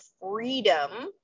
freedom